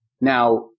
Now